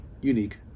unique